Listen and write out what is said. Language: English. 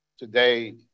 Today